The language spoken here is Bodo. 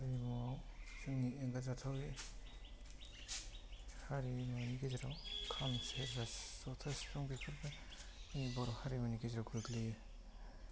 बर' हारिमुआव जोंनि एंगारजाथावै हारिमुनि गेजेरजों खाम जथा सेरजा सिफुं बेफोरबो जोंनि बर'हारिमुनि गेजेराव गोग्लैयो